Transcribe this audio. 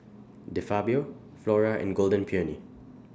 De Fabio Flora and Golden Peony